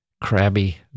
crabby